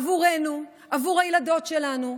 עבורנו, עבור הילדות שלנו,